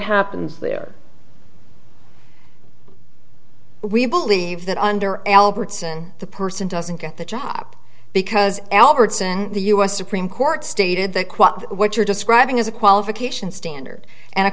happens there we believe that under albertson the person doesn't get the job because albertson the u s supreme court stated that quote what you're describing is a qualification standard and a